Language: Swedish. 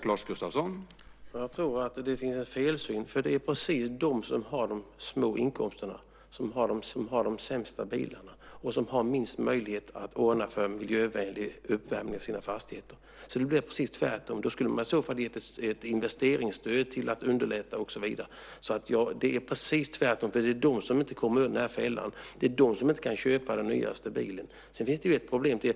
Herr talman! Det finns en felsyn. Det är de som har de små inkomsterna som har de sämsta bilarna och som har minst möjlighet att ordna för miljövänlig uppvärmning av sina fastigheter. Det blir precis tvärtom. Då ska i så fall ett investeringsstöd ges för att underlätta för dem. Det är precis tvärtom. Det är de som inte kommer undan fällan. Det är de som inte kan köpa den nyaste bilen. Sedan finns det ett problem till.